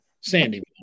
Sandy